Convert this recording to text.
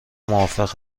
موافق